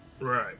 right